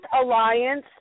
alliance